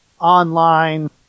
online